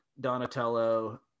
Donatello